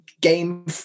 game